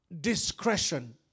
discretion